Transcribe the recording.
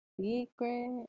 Secret